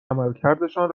عملکردشان